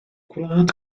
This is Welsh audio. gwlad